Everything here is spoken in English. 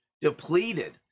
depleted